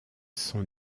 sont